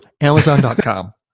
amazon.com